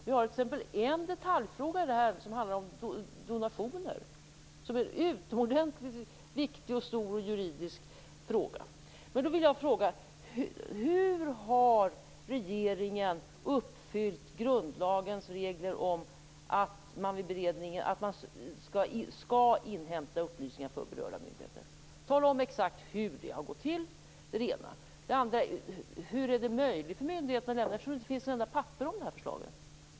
Vi har t.ex. en detaljfråga som handlar om donationer som är en utomordentligt viktig juridisk fråga. Då vill jag fråga: Hur har regeringen uppfyllt grundlagens regler om att man vid beredning skall inhämta upplysningar från berörda myndigheter? Tala om exakt hur det har gått till. Det är det ena. Det andra är: Hur är detta möjligt för myndigheterna då det inte finns ett enda papper om det här förslaget?